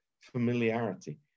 familiarity